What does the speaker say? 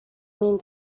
mean